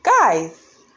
guys